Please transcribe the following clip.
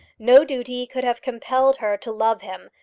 no duty could have compelled her to love him,